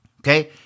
Okay